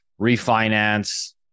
refinance